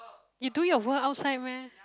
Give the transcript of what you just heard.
you do your work outside meh